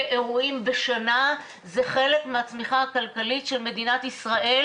אירועים בשנה זה חלק מהצמיחה הכלכלית של מדינת ישראל,